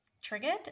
triggered